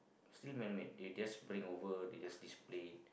still man made they just bring over they just display